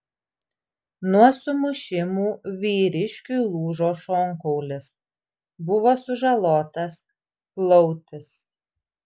nuo sumušimų vyriškiui lūžo šonkaulis buvo sužalotas plautis